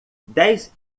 dez